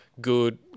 good